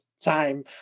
time